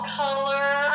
color